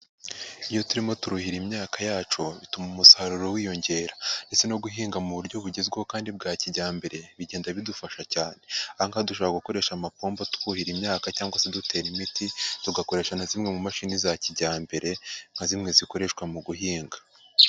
Iyo turimo turuhira imyaka yacu, bituma umusaruro wiyongera ndetse no guhinga mu buryo bugezweho kandi bwa kijyambere, bigenda bidufasha cyane. Aha hanga dushobora gukoresha amapompo twuhira imyaka cyangwa se dutera imiti, tugakoresha na zimwe mu mashini za kijyambere nka zimwe zikoreshwa mu guhinga.